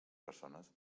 persones